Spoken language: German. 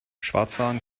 schwarzfahren